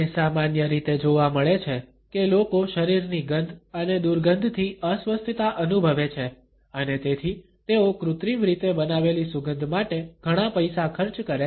તે સામાન્ય રીતે જોવા મળે છે કે લોકો શરીરની ગંધ અને દુર્ગંધથી અસ્વસ્થતા અનુભવે છે અને તેથી તેઓ કૃત્રિમ રીતે બનાવેલી સુગંધ માટે ઘણા પૈસા ખર્ચ કરે છે